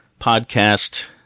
Podcast